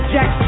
Jack